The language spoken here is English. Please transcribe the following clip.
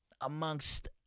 amongst